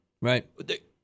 Right